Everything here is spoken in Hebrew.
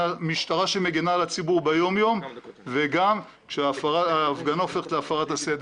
משטרה שמגנה על הציבור ביום יום וגם כשההפגנה הופכת להפרת סדר.